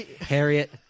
Harriet